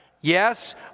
Yes